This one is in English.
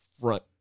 front